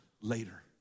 later